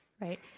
right